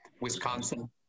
Wisconsin